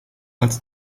als